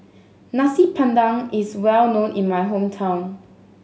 Nasi Padang is well known in my hometown